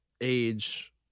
age